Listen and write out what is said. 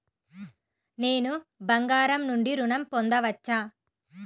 నేను బంగారం నుండి ఋణం పొందవచ్చా?